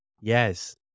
Yes